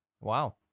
Wow